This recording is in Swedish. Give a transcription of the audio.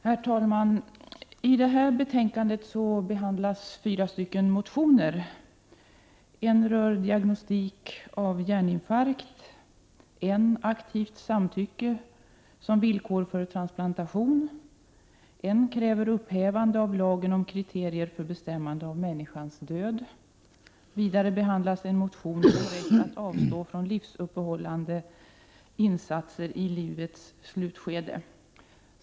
Herr talman! I detta betänkande behandlas fyra motioner: en motion om diagnostik beträffande hjärninfarkt, en motion om aktivt samtycke som villkor för transplantation, en motion om upphävande av lagen om kriterier för bestämmande av människans död och en motion om rätten att avstå från livsuppehållande insatser i livets slutskede.